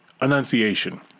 Annunciation